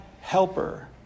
helper